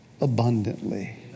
abundantly